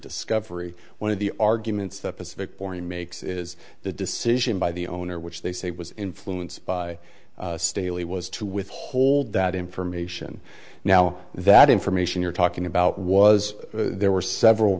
discovery one of the arguments that pacific born makes is the decision by the owner which they say was influenced by staley was to withhold that information now that information you're talking about was there were several